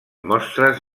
mostres